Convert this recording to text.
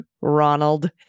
Ronald